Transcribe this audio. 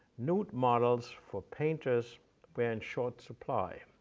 nude models for painters were in short supply.